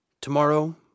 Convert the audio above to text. Tomorrow